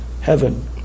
heaven